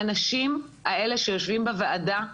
האנשים האלה שיושבים בוועדה,